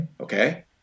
Okay